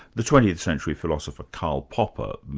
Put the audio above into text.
the twentieth century philosopher, karl popper,